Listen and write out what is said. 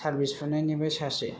service बुनायनिफ्राय सासे